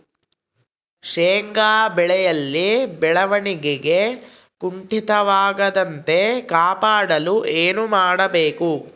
ಶೇಂಗಾ ಬೆಳೆಯಲ್ಲಿ ಬೆಳವಣಿಗೆ ಕುಂಠಿತವಾಗದಂತೆ ಕಾಪಾಡಲು ಏನು ಮಾಡಬೇಕು?